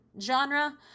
genre